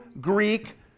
Greek